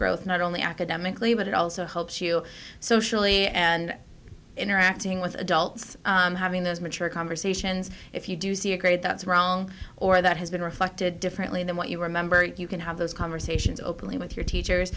growth not only academically but it also helps you socially and interacting with adults having those mature conversations if you do see a grade that's wrong or that has been reflected differently than what you remember you can have those conversations openly with your teachers